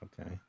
Okay